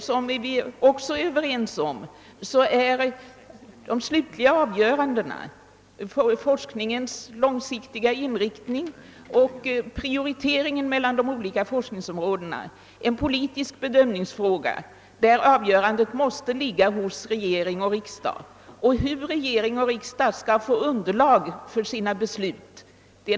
Vi är också överens om att de slutliga avgörandena beträffande forskningens långsiktiga inriktning och prioriteringen mellan de olika forskningsområdena är en politisk bedömningsfråga och att dessa avgöranden måste ligga hos regering och riksdag. Åsikterna skiljer sig närmast om hur regering och riksdag skall få underlag för sina beslut.